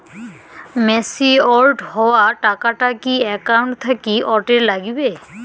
Matured হওয়া টাকাটা কি একাউন্ট থাকি অটের নাগিবে?